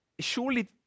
surely